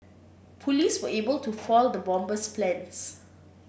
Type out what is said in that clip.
police were able to foil the bomber's plans